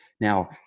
Now